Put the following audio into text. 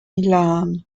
milan